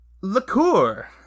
Liqueur